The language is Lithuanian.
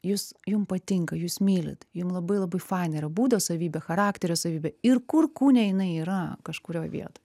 jūs jum patinka jūs mylit jum labai labai faina yra būdo savybė charakterio savybė ir kur kūne jinai yra kažkurioj vietoj